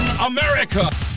America